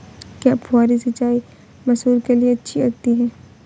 क्या फुहारी सिंचाई मसूर के लिए अच्छी होती है?